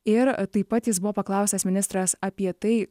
ir taip pat jis buvo paklaustas ministras apie tai